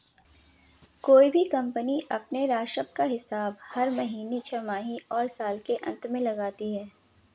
कोई भी कम्पनी अपने राजस्व का हिसाब हर तिमाही, छमाही और साल के अंत में लगाती है